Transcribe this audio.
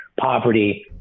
Poverty